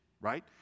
right